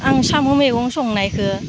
आं साम' मैगं संनायखौ